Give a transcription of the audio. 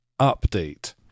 update